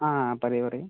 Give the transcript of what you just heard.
ആ പറയൂ പറയൂ